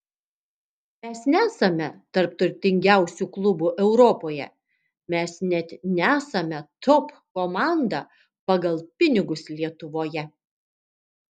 mes nesame tarp turtingiausių klubų europoje mes net nesame top komanda pagal pinigus lietuvoje